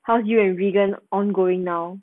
how you and vegan ongoing now